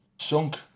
sunk